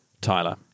Tyler